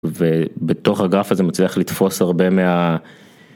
ובתוך הגרפה זה מצליח לתפוס הרבה מה.